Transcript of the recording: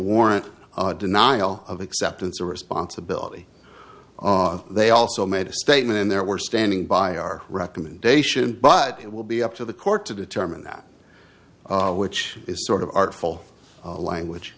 warrant a denial of acceptance or responsibility they also made a statement and there we're standing by our recommendation but it will be up to the court to determine that which is sort of artful language